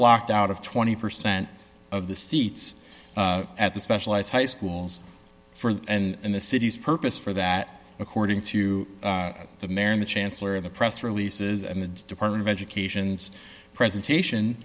locked out of twenty percent of the seats at the specialized high schools for and the city's purpose for that according to the mayor and the chancellor of the press releases and the department of education's presentation